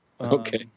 okay